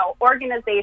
organizations